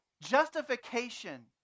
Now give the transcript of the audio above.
Justification